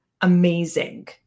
amazing